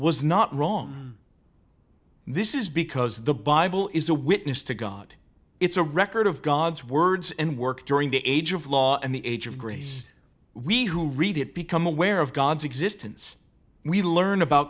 was not wrong this is because the bible is a witness to god it's a record of god's words and work during the age of law and the age of grace we who read it become aware of god's existence we learn about